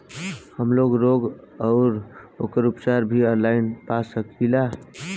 हमलोग रोग अउर ओकर उपचार भी ऑनलाइन पा सकीला?